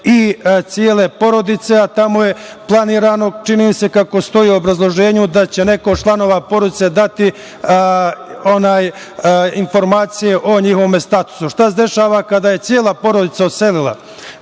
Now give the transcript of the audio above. i cele porodice, a tamo je planirano, čini mi se, kako stoji u obrazloženju, da će neko od članova porodice dati informacije o njihovom statusu. Šta se dešava kada se cela porodica odselila?